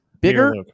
Bigger